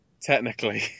Technically